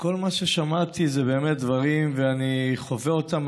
כל מה ששמעתי זה באמת דברים, ואני חווה אותם.